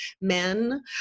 men